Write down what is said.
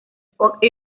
fuck